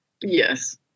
yes